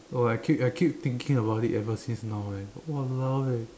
!wah! I keep I keep thinking about it ever since now eh !walao! eh